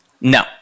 No